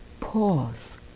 pause